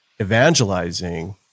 evangelizing